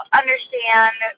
understand